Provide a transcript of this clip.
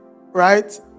Right